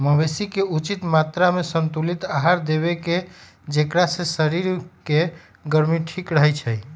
मवेशी के उचित मत्रामें संतुलित आहार देबेकेँ जेकरा से शरीर के गर्मी ठीक रहै छइ